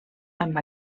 amb